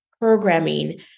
programming